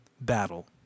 battle